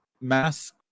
mask